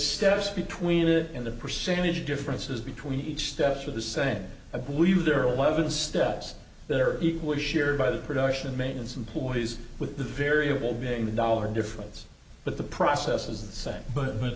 steps between it and the percentage differences between each steps are the same i believe there are eleven steps that are equally shared by the production and maintenance employees with the variable being the dollar difference but the process is the same but